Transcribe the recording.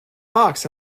box